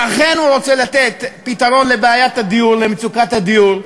שאכן רוצה לתת פתרון לבעיית הדיור, למצוקת הדיור,